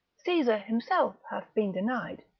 caesar himself hath been denied,